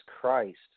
Christ